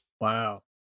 Wow